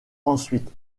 ensuite